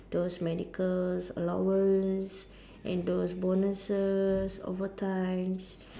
those medical allowance and those bonuses overtime